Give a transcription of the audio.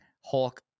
Hulk